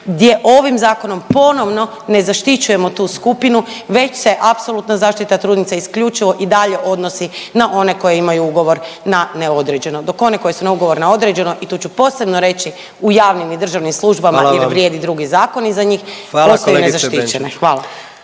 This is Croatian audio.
gdje ovim zakonom ponovno nezaštićujemo tu skupinu već se apsolutna zaštita trudnica isključivo i dalje odnosi na one koje imaju ugovor na neodređeno dok one koje su na ugovor na određeno i tu ću posebno reći u javnim i državnim službama …/Upadica: Hvala vam/… i da vrijedi drugi zakoni za njih i postaju nezaštićene, hvala.